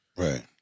Right